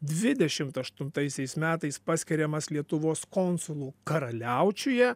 dvidešim aštuntaisiais metais paskiriamas lietuvos konsulu karaliaučiuje